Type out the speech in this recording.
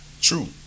True